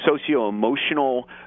socio-emotional